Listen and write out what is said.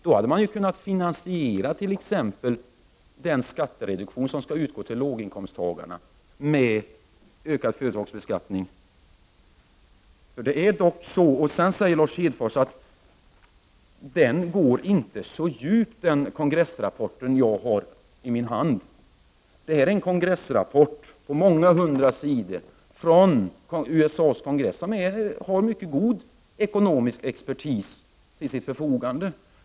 Då hade man kunnat finansiera t.ex. den skattereduktion som skall utgå till låginkomsttagarna med ökad företagsbeskattning. Lars Hedfors säger att den kongressrapport som jag har i min hand inte går så djupt. Detta är en kongressrapport på många hundra sidor från USA:s kongress, som har mycket god ekonomisk expertis till sitt förfogande.